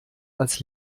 als